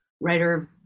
writer